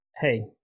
hey